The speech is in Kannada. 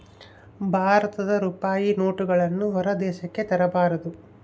ಭಾರತದ ರೂಪಾಯಿ ನೋಟುಗಳನ್ನು ಹೊರ ದೇಶಕ್ಕೆ ತರಬಾರದು